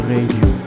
Radio